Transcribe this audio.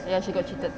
ya she got cheated